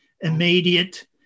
immediate